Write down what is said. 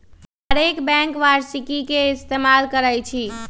हरेक बैंक वारषिकी के इस्तेमाल करई छई